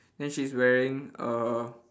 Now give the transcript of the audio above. then she's wearing uh